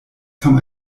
kam